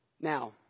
Now